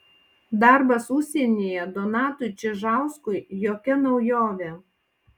darbas užsienyje donatui čižauskui jokia naujovė